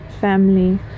family